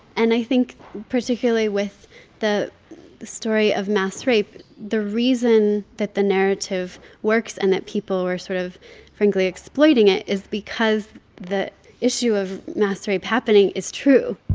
and i think, particularly with the the story of mass rape, the reason that the narrative works and that people were sort of frankly exploiting it is because the issue of mass rape happening is true.